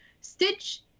Stitch